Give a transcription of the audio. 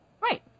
Right